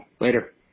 Later